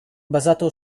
basato